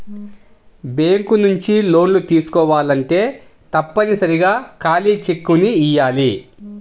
bank నుంచి లోన్లు తీసుకోవాలంటే తప్పనిసరిగా ఖాళీ చెక్కుని ఇయ్యాలి